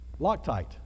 Loctite